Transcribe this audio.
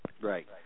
Right